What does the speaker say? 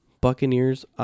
Buccaneers